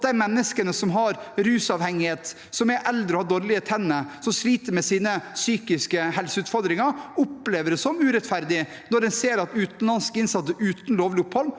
at de menneskene som har rusmiddelavhengighet, som er eldre og har dårlige tenner, og som sliter med sine psykiske helseutfordringer, opplever det som urettferdig når de ser at utenlandske innsatte uten lovlig opphold,